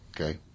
Okay